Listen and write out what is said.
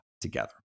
together